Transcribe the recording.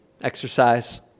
exercise